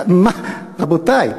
רבותי,